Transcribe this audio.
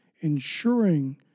ensuring